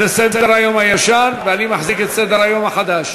זה סדר-היום הישן, ואני מחזיק את סדר-היום החדש.